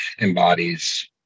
embodies